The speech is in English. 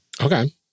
Okay